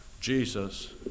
Jesus